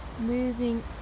Moving